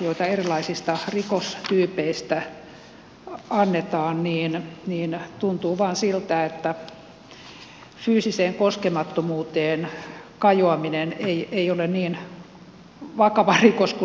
joita erilaisista rikostyypeistä annetaan niin tuntuu vain siltä että fyysiseen koskemattomuuteen kajoaminen ei ole niin vakava rikos kuin omaisuusrikokset